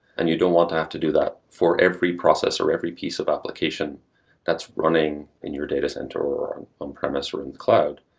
and you don't want to have to do that for every process or every keys of application that's running in your data center or on um premise or in cloud,